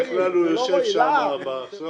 רועי חבר שלנו, ובכלל הוא יושב שמה בסוף.